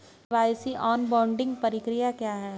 KYC onboarding प्रक्रिया क्या है?